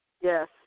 Yes